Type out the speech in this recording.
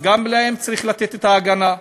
אז גם להם צריך לתת את ההגנה.